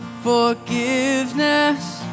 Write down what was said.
Forgiveness